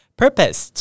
purpose